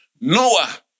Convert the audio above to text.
Noah